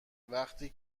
وقتی